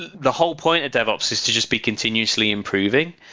the whole point at devops is to just be continuously improving.